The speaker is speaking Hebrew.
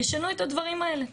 ישנו את הדברים האלה.